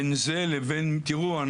תראו,